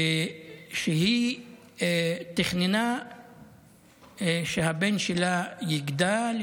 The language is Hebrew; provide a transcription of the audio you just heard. ושהיא תכננה שהבן שלה יגדל,